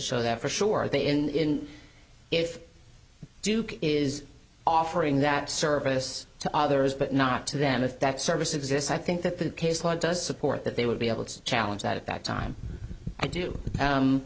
show that for sure they in if duke is offering that service to others but not to them if that service exists i think that the case law does support that they would be able to challenge that at that time i do